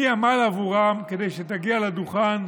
מי עמל עבורם כדי שתגיע לדוכן,